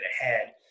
ahead